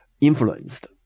influenced